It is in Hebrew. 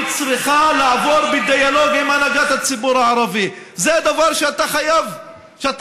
במלחמה הבאה בצפון, האסון